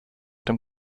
dem